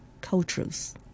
cultures